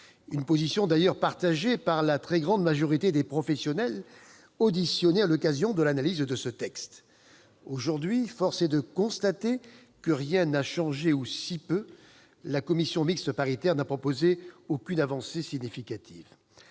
une position d'ailleurs partagée par la très grande majorité des professionnels auditionnés à l'occasion de l'analyse de ce texte. Aujourd'hui, force est de constater que rien n'a changé ... ou si peu. La commission mixte paritaire n'a proposé aucune avancée significative.